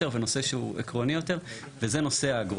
ונושא שהוא עקרוני יותר וזה נושא האגרות.